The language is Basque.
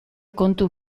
kontu